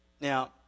Now